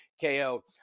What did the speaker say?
KO